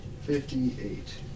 fifty-eight